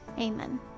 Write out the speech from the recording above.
Amen